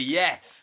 yes